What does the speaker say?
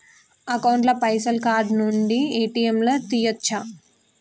Account ల పైసల్ card నుండి ఏ.టి.ఎమ్ లా తియ్యచ్చా?